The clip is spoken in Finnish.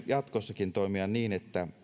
jatkossakin toimia niin että